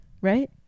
right